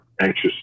anxious